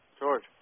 George